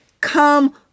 Come